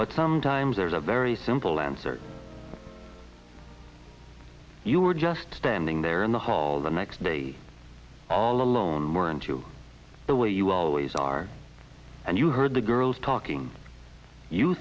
but sometimes there's a very simple answer you were just standing there in the hall the next day all alone weren't you the way you always are and you heard the girls talking you